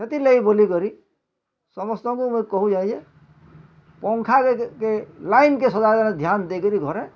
ସେଥିର୍ ଲାଗି ବୋଲିକରି ସମସ୍ତଙ୍କୁ ମୁଇଁ କୋହୁଚେଁ ଯେ ପଙ୍ଖା କ୍ କେ ଲାଇନ୍ କେ ସଦାବେଲେ ଧ୍ୟାନ ଦେଇକରି ଘରେ